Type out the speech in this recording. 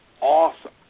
awesome